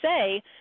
say